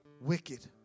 Wicked